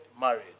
married